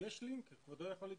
יש לינק, כבודו יכול להיכנס.